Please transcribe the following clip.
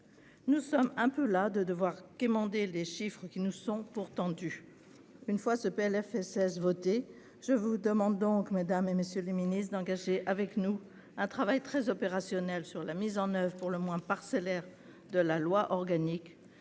Nous sommes un peu las de devoir quémander des chiffres qui nous sont pourtant dus. Une fois ce PLFSS voté, je vous demande donc, madame, monsieur les ministres, d'engager avec nous un travail très opérationnel sur la mise en oeuvre, pour le moins parcellaire, de la loi organique,